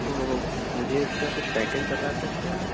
تو مجھے اِس کا کچھ پیکیج بتا سکتے ہیں آپ